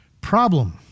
Problem